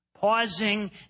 pausing